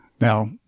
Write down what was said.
Now